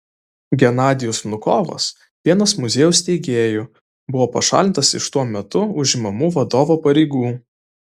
genadijus vnukovas vienas muziejaus steigėjų buvo pašalintas iš tuo metu užimamų vadovo pareigų